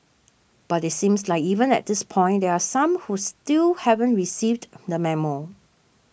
but it seems like even at this point there are some who still haven't received the memo